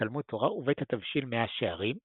התלמוד תורה ובית התבשיל מאה שערים"